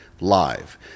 live